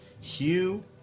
Hugh